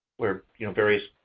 where you know various